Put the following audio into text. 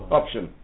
option